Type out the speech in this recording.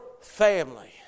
family